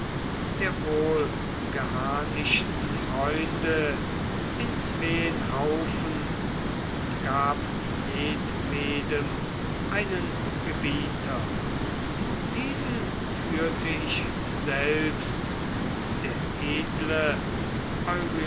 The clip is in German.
der wohlgeharnischten freunde in zween haufen und gab jedwedem einen gebieter diesen führte ich selbst der edle